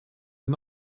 and